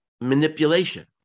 manipulation